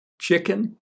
chicken